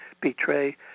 betray